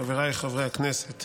ועדת החוקה, חוק ומשפט חבר הכנסת